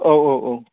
औ औ औ